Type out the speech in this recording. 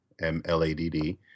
M-L-A-D-D